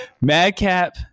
Madcap